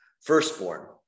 firstborn